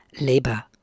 labor